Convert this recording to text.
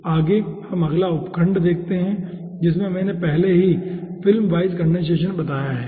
आगे हम अगला उपखंड देखते हैं जिसमें मैंने पहले ही फिल्म वाइज कंडेनसेशन बताया है